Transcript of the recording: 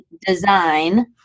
design